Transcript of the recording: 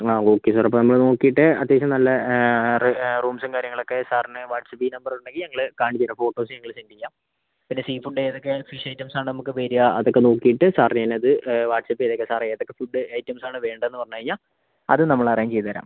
എന്നാൽ okay sir അപ്പോൾ നമ്മള് നോക്കിയിട്ട് അത്യാവശ്യം നല്ല റൂംസും കാര്യങ്ങളൊക്കെ സാറിന് വാട്സആപ്പ് ഈ നമ്പറിലുണ്ടെങ്കിൽ ഞങ്ങള് കാണിച്ച് തരാം ഫോട്ടോസ് ഞങ്ങള് സെന്റ് ചെയ്യാം പിന്നെ സീ ഫുഡ്ഡ് ഏതൊക്കെയാണ് ഫിഷ് ഐറ്റംസാണ് നമുക്ക് വരിക അതൊക്കെ നോക്കിയിട്ട് സാറിന് എന്നത് വാട്സാപ്പ് ചെയ്തേക്കാം സാറ് ഏതൊക്കെ ഫുഡ്ഡ് ഐറ്റംസാണ് വേണ്ടതെന്ന് പറഞ്ഞ് കഴിഞ്ഞാൽ അത് നമ്മള് അറേഞ്ച് ചെയ്ത് തരാം